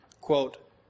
quote